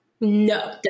no